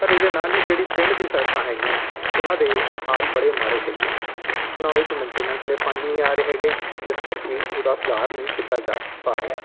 ਪਰ ਇਹਦੇ ਨਾਲ ਹੀ ਜਿਹੜੀ ਪਿੰਡ ਦੀ ਸੜਕਾਂ ਹੈਗੀਆਂ ਉਹਨਾਂ ਦੇ ਹਾਲ ਬੜੇ ਮਾੜੇ ਹੈਗੇ ਹੈ ਉਹਨਾਂ ਵਿੱਚ ਮੈਂਟੀਨੇਂਸ ਲਈ ਫੰਡ ਨਹੀਂ ਆ ਰਹੇ ਹੈਗੇ ਜਿਸ ਕਰਕੇ ਉਹਦਾ ਸੁਧਾਰ ਨਹੀਂ ਕੀਤਾ ਜਾ ਪਾ ਰਿਹਾ